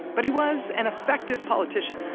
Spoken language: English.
but he was an effective politician.